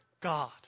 God